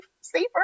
safer